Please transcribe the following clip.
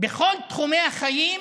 בכל תחומי החיים